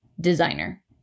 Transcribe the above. designer